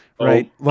right